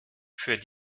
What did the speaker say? für